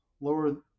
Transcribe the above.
lower